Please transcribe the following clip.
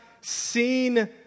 seen